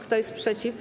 Kto jest przeciw?